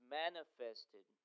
manifested